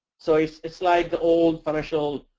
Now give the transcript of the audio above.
so it's it's like the old financial,